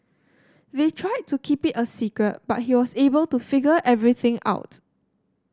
they tried to keep it a secret but he was able to figure everything out